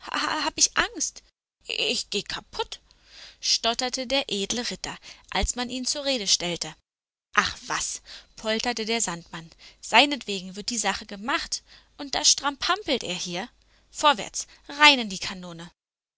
hab ich angst ich geh kaputt stotterte der edle ritter als man ihn zur rede stellte ach was polterte der sandmann seinetwegen wird die sache gemacht und da strampampelt er hier vorwärts rein in die kanone